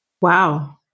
Wow